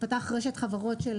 פתח רשת חברות של